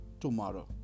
tomorrow